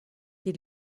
die